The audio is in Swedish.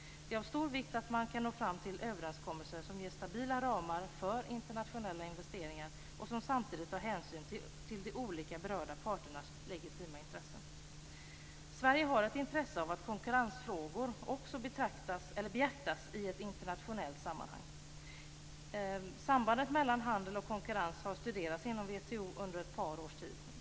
Det är av stor vikt att nå fram till en överenskommelse som ger stabila ramar för internationella investeringar och som samtidigt tar hänsyn till de olika berörda parternas legitima intressen. Sverige har ett intresse av att frågor om konkurrens också beaktas i ett internationellt sammanhang. Sambandet mellan handel och konkurrens har studerats inom WTO under ett par års tid.